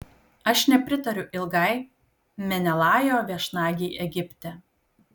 aš nepritariu ilgai menelajo viešnagei egipte